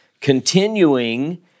continuing